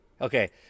Okay